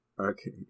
Okay